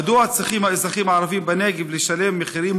מדוע צריכים האזרחים הערבים בנגב לשלם מחירים